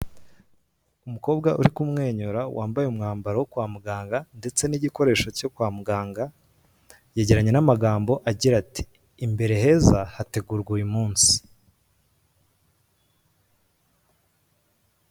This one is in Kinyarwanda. Umukobwa uri kumwenyura wambaye umwambaro wo kwa muganga ndetse n'igikoresho cyo kwa muganga, yegeranye n'amagambo agira ati imbere heza hategurwa uyu munsi.